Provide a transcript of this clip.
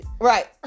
Right